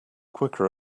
quicker